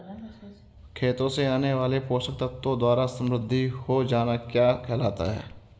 खेतों से आने वाले पोषक तत्वों द्वारा समृद्धि हो जाना क्या कहलाता है?